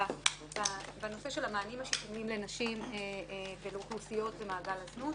בנושא המענים השיקומיים לנשים ולאוכלוסיות במעגל הזנות